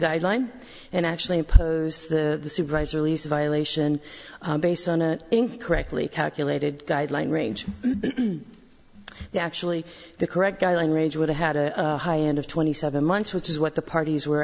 guideline and actually imposed the supervisor lease violation based on a correctly calculated guideline range actually the correct guideline range would have had a high end of twenty seven months which is what the parties were